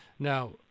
Now